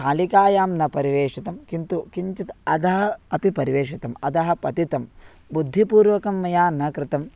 स्थालिकायां न परिवेषितं किन्तु किञ्चित् अधः अपि परिवेषितम् अधः पतितं बुद्धिपूर्वकं मया न कृतं